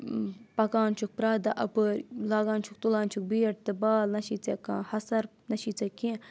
پَکان چھُکھ پرٛتھ دۄہ اَپٲرۍ لاگان چھُکھ تُلان چھُکھ بیٹ تہٕ بال نہ چھِ ژےٚ کانٛہہ ہَسَر نہ چھِ ژےٚ کینٛہہ